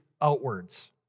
outwards